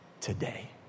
Today